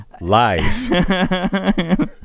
lies